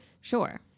sure